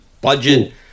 budget